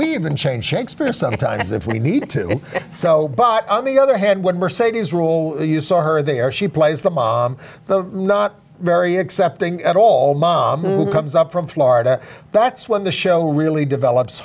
we've been chained shakespearean sometimes if we needed to so but on the other hand what mercedes role you saw her there she plays the mom the not very accepting at all mom comes up from florida that's when the show really develops